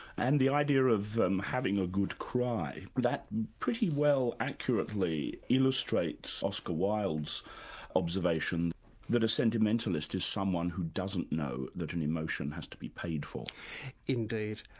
and the idea of having a good cry, that pretty well accurately illustrates oscar wilde's observation that a sentimentalist is someone who doesn't know that an emotion has to be paid for. and paul